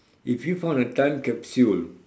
if you found a time capsule